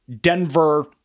Denver